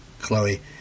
Chloe